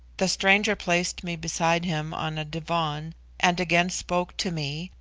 the stranger placed me beside him on a divan and again spoke to me,